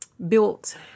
Built